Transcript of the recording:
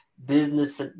business